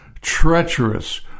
treacherous